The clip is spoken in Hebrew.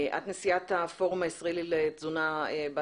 את נשיאת הפורום הישראלי לתזונה בת